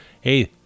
Hey